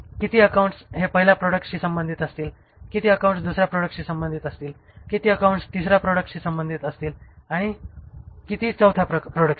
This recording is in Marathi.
किती अकाउंट्स हे पहिल्या प्रॉडक्टशी संबंधित असतील किती अकाउंट्स दुसऱ्या प्रॉडक्टशी संबंधित असतील किती अकाउंट्स तिसऱ्या प्रॉडक्टशी संबंधित असतील आणि किती चौथ्या प्रॉडक्टशी